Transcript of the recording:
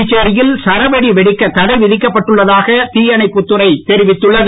புதுச்சேரியில் சரவெடி வெடிக்க தடை விதிக்கப்பட்டு உள்ளதாக தியணைப்புத் துறை தெரிவித்துள்ளது